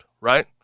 Right